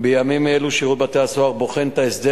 בימים אלו שירות בתי-הסוהר בוחן את ההסדר